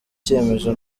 cyemezo